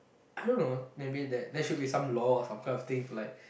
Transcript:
I don't know maybe there there should be some law or some kind of thing to like